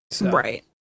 Right